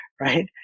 right